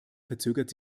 verzögert